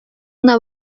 una